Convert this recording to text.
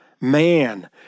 man